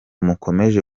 mukomeje